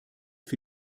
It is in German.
für